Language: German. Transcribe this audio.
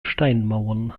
steinmauern